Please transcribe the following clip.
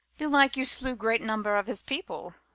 belike you slew great number of his people.